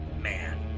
man